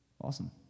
awesome